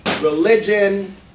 religion